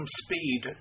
speed